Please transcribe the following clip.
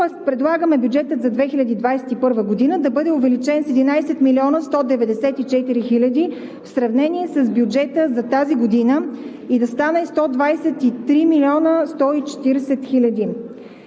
Предлагаме бюджетът за 2021 г. да бъде увеличен с 11 млн. 194 хил. лв. в сравнение с бюджета за тази година и да стане 123 млн. 140 хил.